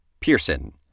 Pearson